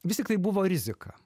vis tiktai buvo rizika